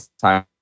time